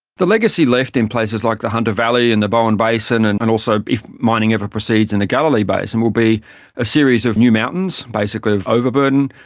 the legacy left in places like the hunter valley and the bowen basin and and also if mining ever proceeds in the galilee basin will be a series of new mountains, basically of overburden,